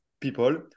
people